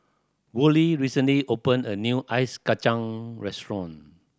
Worley recently opened a new ice kacang restaurant